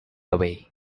away